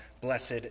blessed